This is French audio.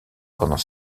pendant